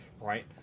right